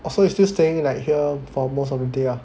orh so you still staying like here for most of the day ah